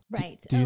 Right